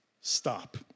stop